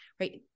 right